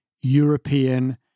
European